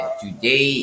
today